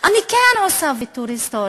אני כן עושה ויתור היסטורי.